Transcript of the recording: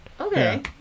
Okay